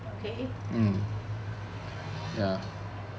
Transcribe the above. okay